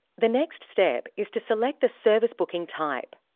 the next step is to select the service booking type.